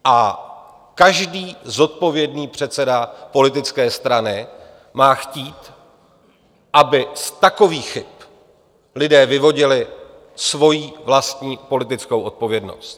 A každý zodpovědný předseda politické strany má chtít, aby z takových chyb lidé vyvodili svoji vlastní politickou odpovědnost.